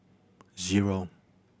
zero